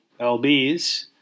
LBs